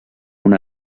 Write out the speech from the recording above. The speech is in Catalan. una